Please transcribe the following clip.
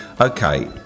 Okay